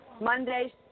Monday